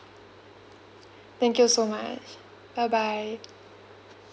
thank you so much bye bye